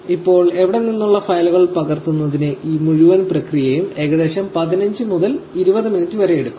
ഇപ്പോൾ ഇവിടെ നിന്നുള്ള ഫയലുകൾ പകർത്തുന്നതിന് ഈ മുഴുവൻ പ്രക്രിയയും ഏകദേശം 15 മുതൽ 20 മിനിറ്റ് വരെ എടുക്കും